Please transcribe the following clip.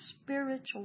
spiritual